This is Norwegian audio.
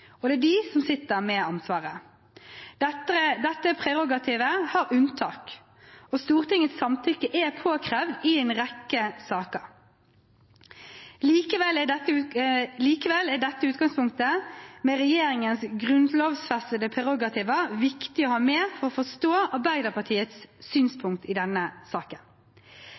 og sikkerhetspolitikken, og det er den som sitter med ansvaret. Dette prerogativet har unntak, og Stortingets samtykke er påkrevd i en rekke saker. Likevel er dette utgangspunktet, med regjeringens grunnlovfestede prerogativer, viktig å ha med for å forstå Arbeiderpartiets synspunkt i denne saken.